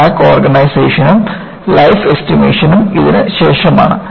crack ഓർഗനൈസേഷനും life എസ്റ്റിമേഷനും ഇതിന് ശേഷമാണ്